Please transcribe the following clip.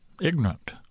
ignorant